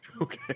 okay